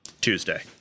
Tuesday